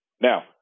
Now